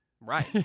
Right